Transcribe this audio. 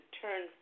turn